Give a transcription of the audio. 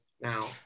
now